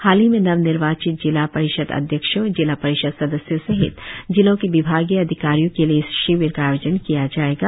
हाल ही में नव निर्वाचित जिला परिषद अध्यक्षों जिला परिषद सदस्यों सहित जिलों के विभागीय अधिकारियों के लिए इस शिविर का आयोजन किया जायेआ